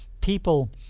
people